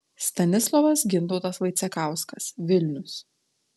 stanislovas gintautas vaicekauskas vilnius